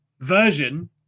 version